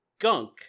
gunk